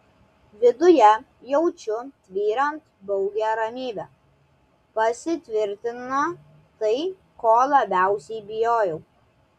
viduje jaučiu tvyrant baugią ramybę pasitvirtina tai ko labiausiai bijojau